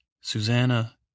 Susanna